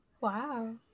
wow